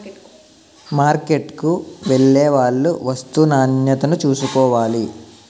మార్కెట్కు వెళ్లేవాళ్లు వస్తూ నాణ్యతను చూసుకోవాలి